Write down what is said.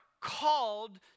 called